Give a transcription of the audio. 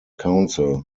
council